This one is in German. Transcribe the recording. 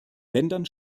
ländern